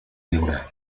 viure